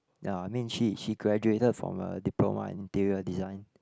ya I mean she she graduated from uh diploma interior design